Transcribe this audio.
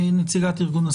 שמי גיא גולדמן.